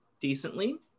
Decently